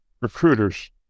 recruiters